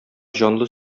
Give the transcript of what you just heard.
җанлы